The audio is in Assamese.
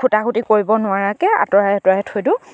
খুটাখুটি কৰিব নোৱাৰাকে আঁতৰাই আঁতৰাই থৈ দিওঁ